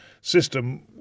system